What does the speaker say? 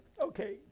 okay